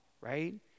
right